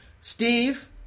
Steve